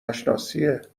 نشناسیه